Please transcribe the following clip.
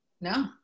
No